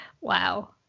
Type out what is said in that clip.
wow